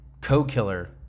co-killer